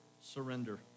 surrender